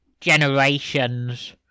generations